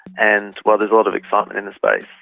and while there's a lot of excitement in the space,